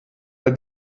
bei